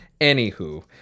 Anywho